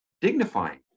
dignifying